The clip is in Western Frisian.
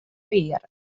pear